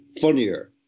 funnier